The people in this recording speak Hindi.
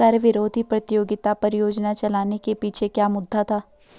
कर विरोधी प्रतियोगिता परियोजना चलाने के पीछे क्या मुद्दा था?